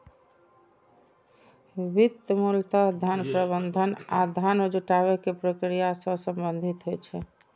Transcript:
वित्त मूलतः धन प्रबंधन आ धन जुटाबै के प्रक्रिया सं संबंधित होइ छै